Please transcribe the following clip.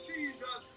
Jesus